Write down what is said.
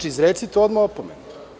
Izrecite odmah opomenu.